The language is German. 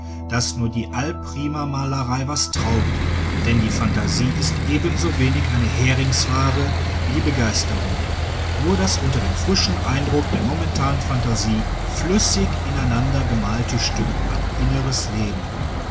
daß nur die al primamalerei was taugt denn die phantasie ist ebensowenig eine heringsware wie die begeisterung nur das unter dem frischen eindruck der momentanen phantasie flüssig ineinander gemalte stück hat inneres leben